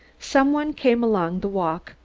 some one came along the walk,